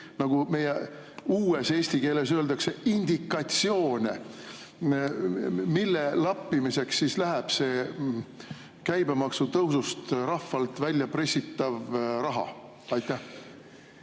nagu uues eesti keeles öeldakse, indikatsioone, mille lappimiseks siis läheb see käibemaksutõusust rahvalt väljapressitav raha? Aitäh!